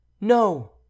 No